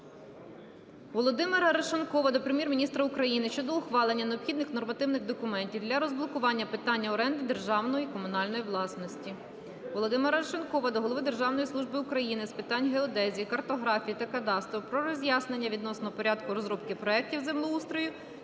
Володимира Арешонкова до Прем'єр-міністра України щодо ухвалення необхідних нормативних документів для розблокування питання оренди державної і комунальної власності. Володимира Арешонкова до голови Державної служби України з питань геодезії, картографії та кадастру про роз'яснення відносно порядку розробки проектів землеустрою